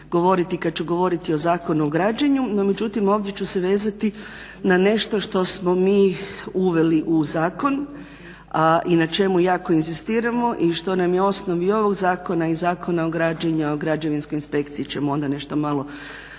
kada ću govoriti o Zakonu o građenu. No međutim, ovdje ću se vezati na nešto što smo mi uveli u zakon a i na čemu jako inzistiramo i što nam je osnov i ovoga zakona i Zakona o građenju, o građevinskoj inspekciji ćemo onda nešto malo